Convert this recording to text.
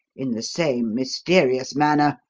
in the same mysterious manner,